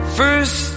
first